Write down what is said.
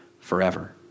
forever